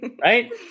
Right